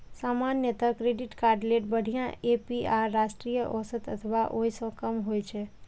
सामान्यतः credit card लेल बढ़िया ए.पी.आर राष्ट्रीय औसत अथवा ओइ सं कम होइ छै